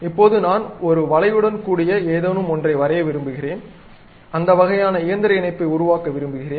இப்போது நான் ஒரு வளைவுடன் கூடிய ஏதேனும் ஒன்றை வறைய விரும்புகிறேன் அந்த வகையான இயந்திர இணைப்பை உருவாக்க விரும்புகிறேன்